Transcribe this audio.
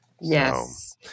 Yes